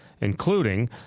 including